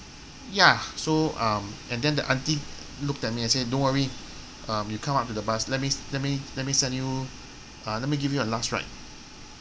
ya so um and then the auntie looked at me and said don't worry um you come up to the bus let me let me let me send you uh let me give you a last ride